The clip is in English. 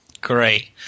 Great